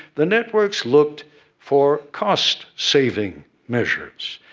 the networks looked for cost-saving measures.